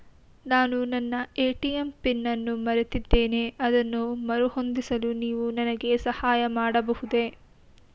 ನಾನು ನನ್ನ ATM PIN ಅನ್ನು ಮರೆತಿದ್ದೇನೆ ಅದನ್ನು ಮರುಹೊಂದಿಸಲು ನೀವು ನನಗೆ ಸಹಾಯ ಮಾಡಬಹುದೇ?